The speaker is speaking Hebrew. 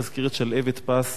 רק אזכיר את שלהבת פס,